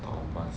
thomas